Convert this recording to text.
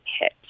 hit